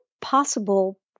possible